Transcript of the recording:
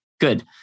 good